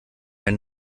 ein